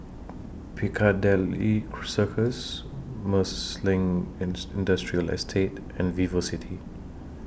Piccadilly Circus Marsiling Ins Industrial Estate and Vivocity